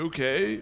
Okay